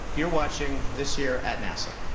you're watching this year at nasa.